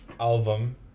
album